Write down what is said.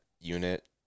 unit